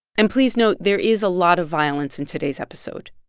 and please note there is a lot of violence in today's episode